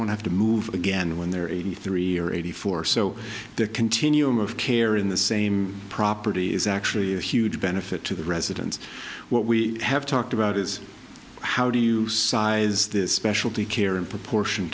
have to move again when they're eighty three or eighty four so that continuum of care in the same property is actually a huge benefit to the residents what we have talked about is how do you size this specialty care in proportion